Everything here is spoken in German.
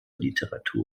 literatur